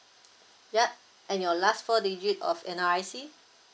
yup and your last four digit of N_R_I_C